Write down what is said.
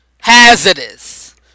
hazardous